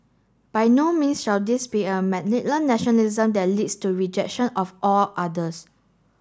by no means shall this be a nationalism that leads to rejection of all others